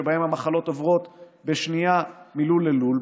שבהם המחלות עוברות בשנייה מלול ללול,